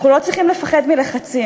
אנחנו לא צריכים לפחד מלחצים,